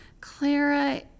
Clara